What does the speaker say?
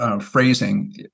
Phrasing